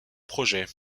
projet